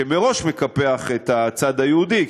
שמראש מקפח את הצד היהודי,